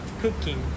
cooking